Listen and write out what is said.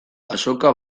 azoka